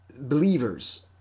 believers